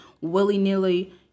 willy-nilly